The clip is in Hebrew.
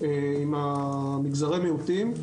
עם מגזרי המיעוטים.